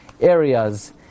areas